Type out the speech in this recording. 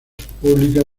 públicas